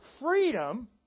freedom